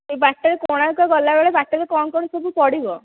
ସେଇ ବାଟରେ କୋଣାର୍କ ଗଲା ବେଳେ ବାଟରେ କ'ଣ କ'ଣ ସବୁ ପଡ଼ିବ